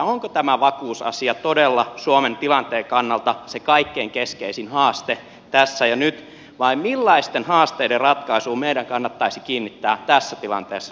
onko tämä vakuusasia todella suomen tilanteen kannalta se kaikkein keskeisin haaste tässä ja nyt vai millaisten haasteiden ratkaisuun meidän kannattaisi kiinnittää tässä tilanteessa suomessa huomiota